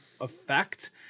effect